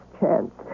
chance